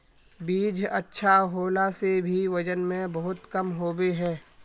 बीज अच्छा होला से भी वजन में बहुत कम होबे है?